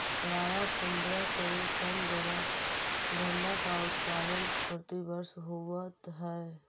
प्रायः पंद्रह करोड़ टन गन्ना का उत्पादन प्रतिवर्ष होवत है